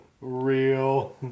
real